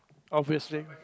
obviously